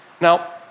Now